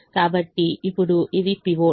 కాబట్టి ఇప్పుడు ఇది పైవట్